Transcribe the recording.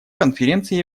конференция